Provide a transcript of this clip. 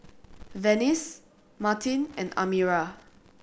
Venice Martin and Amira